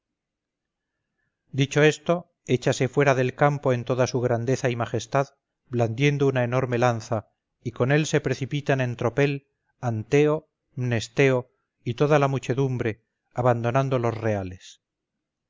héctor dicho esto échase fuera del campo en toda su grandeza y majestad blandiendo una enorme lanza y con él se precipitan en tropel anteo mnesteo y toda la muchedumbre abandonando los reales